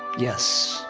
yes.